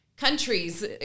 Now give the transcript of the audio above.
countries